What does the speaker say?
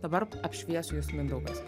dabar apšvies jus mindaugas